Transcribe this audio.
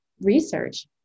research